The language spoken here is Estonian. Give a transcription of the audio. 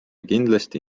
kindlasti